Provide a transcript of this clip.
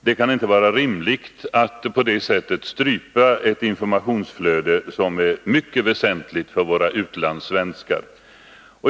Det kan inte vara rimligt att på det sättet strypa ett informationsflöde som är mycket väsentligt för våra utlandssvenskar.